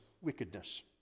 wickedness